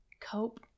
cope